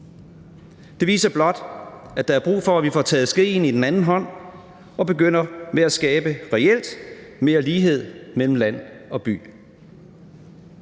Det viser blot, at der er brug for, at vi får taget skeen i den anden hånd og begynder at skabe mere reel lighed mellem land og by.